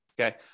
Okay